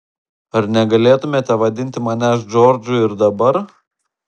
ar negalėtumėte vadinti manęs džordžu ir dabar